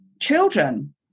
children